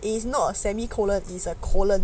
it is not a semi colon is a colon